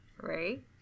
Right